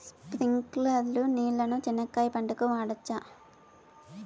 స్ప్రింక్లర్లు నీళ్ళని చెనక్కాయ పంట కు వాడవచ్చా?